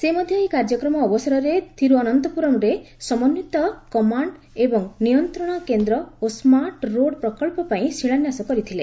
ସେ ମଧ୍ୟ ଏହି କାର୍ଯ୍ୟକ୍ରମ ଅବସରରେ ଥିରୁଅନନ୍ତପୁରମରେ ସମନ୍ଦିତ କମାଣ୍ଡ ଏବଂ ନିୟନ୍ତ୍ରଣ କେନ୍ଦ୍ର ଓ ସ୍କାର୍ଟରୋଡ୍ ପ୍ରକଳ୍ପ ପାଇଁ ଶିଳାନ୍ୟାସ କରିଥିଲେ